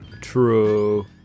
true